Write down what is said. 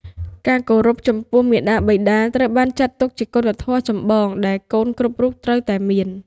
ការគោរពចំពោះមាតាបិតាត្រូវបានចាត់ទុកជាគុណធម៌ចម្បងដែលកូនគ្រប់រូបត្រូវតែមាន។